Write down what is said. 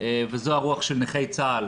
וזו הרוח של נכי צה"ל.